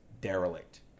derelict